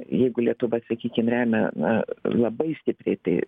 jeigu lietuva sakykim remia na labai stipriai tai